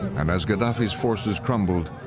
and as gaddafi's forces crumbled,